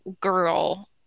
girl